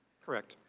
correct.